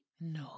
No